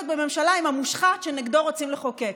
בממשלה עם המושחת שנגדו רוצים לחוקק.